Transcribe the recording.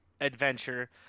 adventure